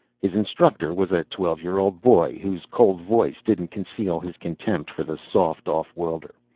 his instructor was a twelve-year-old boy, whose cold voice didn't conceal his contempt for the soft off-worlder.